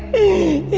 a